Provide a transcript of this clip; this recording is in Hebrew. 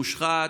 מושחת,